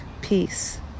peace